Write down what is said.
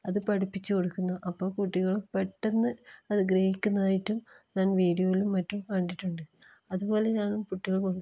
അത് പഠിപ്പിച്ചു കൊടുക്കുന്നു അപ്പോൾ കുട്ടികൾ പെട്ടന്ന് അത് ആഗ്രഹിക്കുന്നതായിട്ടും ഞാൻ വീഡിയോയിലും മറ്റും കണ്ടിട്ടുണ്ട് അതുപോലെയാണ് കുട്ടികൾ